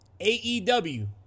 AEW